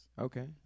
Okay